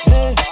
Hey